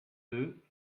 deux